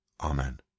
Amen